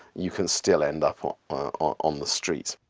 you can still end up on the street.